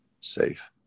Safe